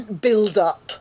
build-up